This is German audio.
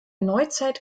neuzeit